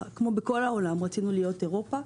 כמו בכל העולם, רצינו להיות אירופה,